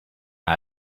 out